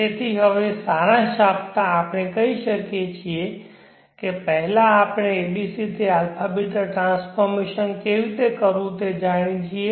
તેથી હવે સારાંશ આપતાં આપણે કહી શકીએ કે પહેલા આપણે abc થી αβ ટ્રાન્સફોર્મેશન કેવી રીતે કરવું તે જાણીએ છીએ